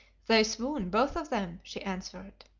they swoon, both of them, she answered.